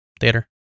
theater